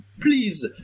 please